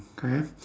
okay